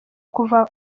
kuva